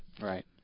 Right